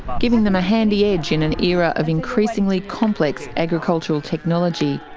giving them a handy edge in an era of increasingly complex agricultural technology,